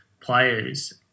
players